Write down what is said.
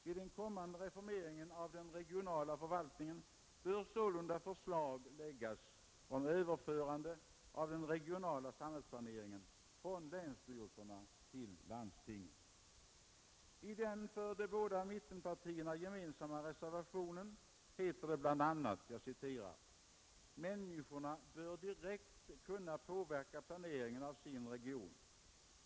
Vid en kommande reformering av den regionala förvaltningen bör sålunda förslag läggas om överförande av den regionala samhällsplaneringen från länsstyrelserna till landstingen. I den för de båda mittenpartierna gemensamma reservationen heter det bl.a.: ”Människorna bör direkt kunna påverka planeringen av sin region.